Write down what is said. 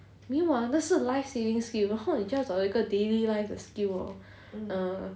没有啊那个是 life saving skill 然后你就要找一个 daily life 的 skill orh err